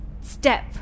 step